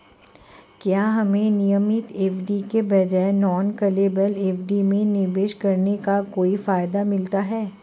क्या हमें नियमित एफ.डी के बजाय नॉन कॉलेबल एफ.डी में निवेश करने का कोई फायदा मिलता है?